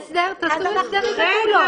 תעשו הסדר עם הדולות.